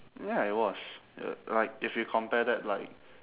ya it was l~ like if you compare that like